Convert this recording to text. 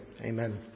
amen